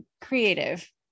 creative